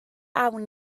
awn